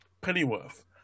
Pennyworth